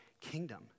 kingdom